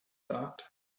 thought